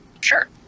Sure